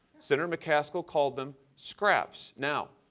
senator mccaskill called them scraps. now,